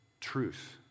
truth